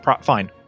fine